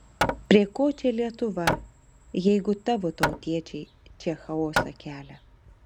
prie ko čia lietuva jeigu tavo tautiečiai čia chaosą kelia